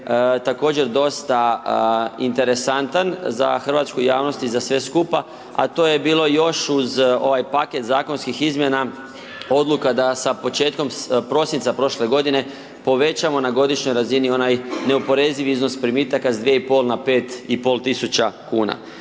također dosta interesantan za hrvatsku javnost i za sve skupa, a to je bilo još uz ovaj paket zakonskih izmjena, odluka da sa početkom prosinca prošle godine povećamo na godišnjoj razini onaj neoporezivi iznos primitaka s 2.5000,00 kn